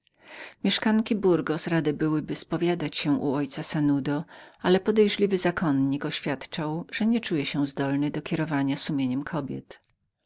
mieszkanki burgos rade byłyby spowiadały się przed ojcem sanudo ale posępny zakonnik oświadczył że nie czuje się zdolnym do kierowania sumieniem kobiet